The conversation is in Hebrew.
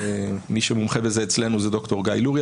מי שמומחה את זה אצלנו הוא ד"ר גיא לוריא